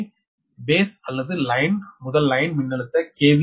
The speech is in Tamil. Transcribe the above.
ஏ பேஸ் அல்லது லைன் முதல் லைன் மின்னழுத்த கே